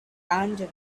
abandon